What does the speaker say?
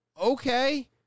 Okay